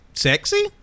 Sexy